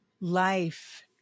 life